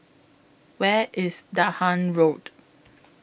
Where IS Dahan Road